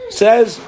says